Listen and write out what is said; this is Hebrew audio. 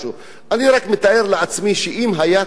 אני רק מתאר לעצמי שאם היה קורה דבר